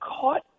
caught